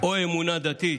או אמונה דתית),